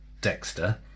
Dexter